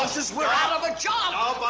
closes, we're out of a job. ah but